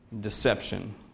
deception